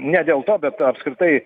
ne dėl to bet apskritai